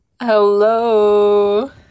hello